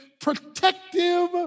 protective